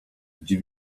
gdzie